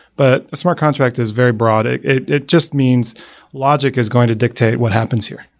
but a smart contract is very broad. it it just means logic is going to dictate what happens here.